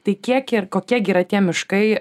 tai kiek ir kokie gi yra tie miškai